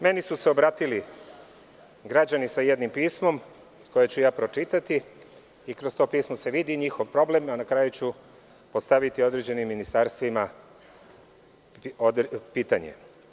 Meni su se obratili građani sa jednim pismom koje ću ja pročitati i kroz to pismo se vidi njihov problem, a na kraju ću postaviti određenim ministarstvima pitanje.